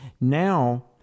Now